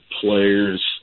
players